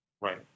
Right